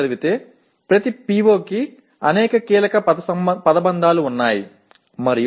vibe படித்தால் ஒவ்வொரு PO வும் முக்கிய சொற்றொடர்களை கொண்டிருக்கும்